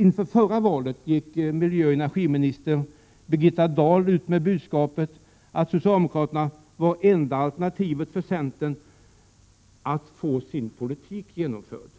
Inför förra valet gick miljöoch energiminister Birgitta Dahl ut med budskapet att socialdemokraterna var det enda alternativet för centern att få sin politik genomförd.